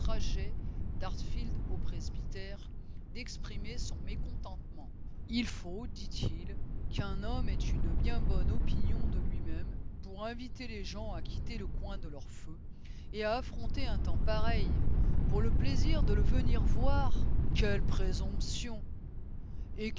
au presbytère d'exprimer son mécontentement il faut dit-il qu'un homme ait une bien bonne opinion de lui-même pour inviter les gens à quitter le coin de leur feu et à affronter un temps pareil pour le plaisir de le venir voir quelle présomption